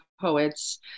poets